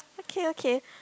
okay okay